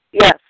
Yes